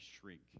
shrink